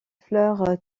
fleur